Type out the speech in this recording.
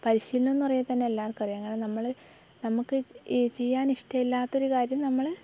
പരിശീലനം എന്നു പറഞ്ഞാൽ തന്നെ എല്ലാവർക്കും അറിയാ കാരണം നമ്മൾ നമുക്ക് ഈ ചെയ്യാനിഷ്ടമില്ലാത്ത ഒരു കാര്യം നമ്മൾ